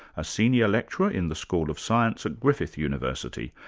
a senior lecturer in the school of science at griffith university